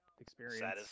experience